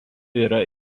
yra